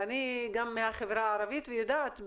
אני גם מהחברה הערבית ויודעת,